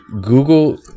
Google